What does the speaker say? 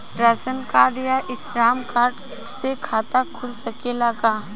Ration card या श्रमिक card से खाता खुल सकेला का?